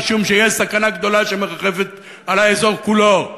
משום שיש סכנה גדולה שמרחפת על האזור כולו.